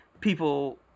people